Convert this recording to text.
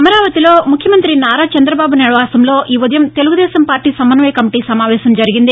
అమరావతిలో ముఖ్యమంత్రి నారా చంద్రబాబు నాయుడు నివాసంలో ఈ ఉదయం తెలుగుదేశం పార్లీ సమన్వయ కమిటీ సమావేశం జరిగింది